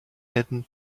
hidden